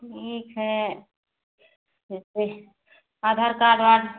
ठीक है जैसे आधार कार्ड वाड